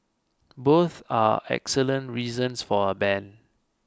both are excellent reasons for a ban